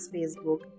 Facebook